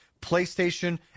PlayStation